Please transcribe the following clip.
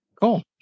Cool